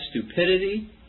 stupidity